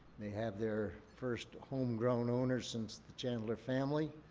they have their first homegrown owners since the chandler family.